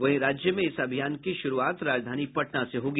वहीं राज्य में इस अभियान की शुरूआत राजधानी पटना से होगी